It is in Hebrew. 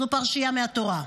זו פרשייה מהתורה.